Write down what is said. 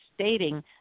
stating